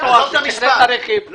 "נמחק כתב האישום,